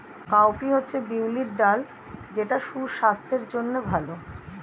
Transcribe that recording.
cowpea হচ্ছে বিউলির ডাল যেটা সুস্বাস্থ্যের জন্য ভালো